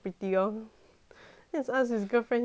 just ask his girlfriend he know 没有用 lor